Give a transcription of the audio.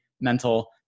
mental